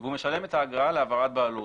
והוא משלם את האגרה להעברת בעלות.